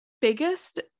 biggest